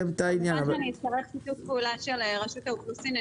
אצטרך שיתוף פעולה של רשות האוכלוסין.